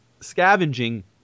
scavenging